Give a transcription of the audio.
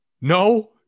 no